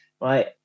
right